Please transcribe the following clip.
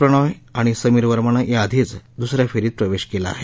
प्रणॉय आणि समीर वर्मानं याआधीच दुसऱ्या फेरीत प्रवेश केला आहे